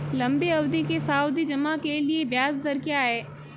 लंबी अवधि के सावधि जमा के लिए ब्याज दर क्या है?